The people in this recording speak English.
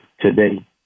today